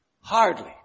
Hardly